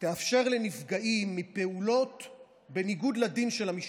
תאפשר לנפגעים מפעולות בניגוד לדין של המשטרה,